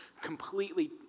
completely